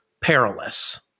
perilous